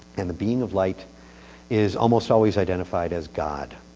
and the being of light is almost always identified as god.